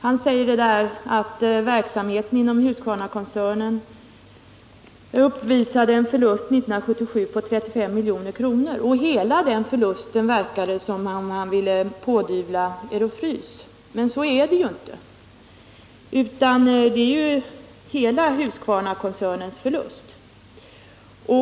Han sade i svaret att verksamheten vid Husqvarnakoncernen uppvisade en förlust år 1977 på 35 milj.kr., och det verkar som om han ville pådyvla Ero-Frys hela förlusten. Men detta är ju hela Husqvarnakoncernens förlust.